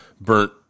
burnt